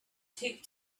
taped